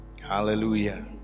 Hallelujah